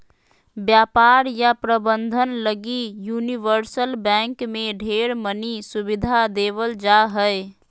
व्यापार या प्रबन्धन लगी यूनिवर्सल बैंक मे ढेर मनी सुविधा देवल जा हय